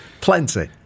Plenty